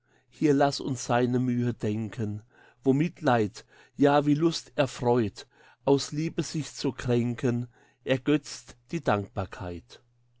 hier laß uns seine mühe denken wo mitleid ja wie lust erfreut aus liebe sich zu kränken ergötzt die dankbarkeit